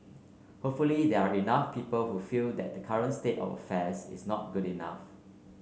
hopefully there are enough people who feel that current state of affairs is not good enough